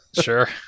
Sure